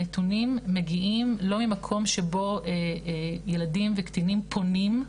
הנתונים מגיעים לא ממקום שבו ילדים וקטינים פונים,